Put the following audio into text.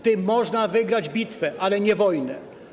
Tym można wygrać bitwę, ale nie wojnę.